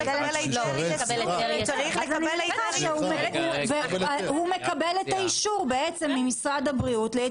הוא מקבל ממשרד הבריאות את האישור